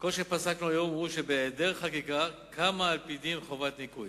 "כל שפסקנו היום הוא שבהעדר חקיקה קמה על-פי דין חובת ניכוי.